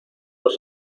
los